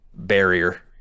barrier